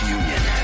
union